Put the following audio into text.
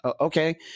Okay